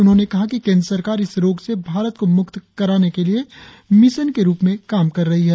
उन्होंने कहा कि केंद्र सरकार इस रोग से भारत को मुक्त करने के लिए मिशन के रुप में काम कर रही है